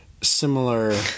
similar